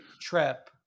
trip